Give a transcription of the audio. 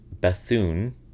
Bethune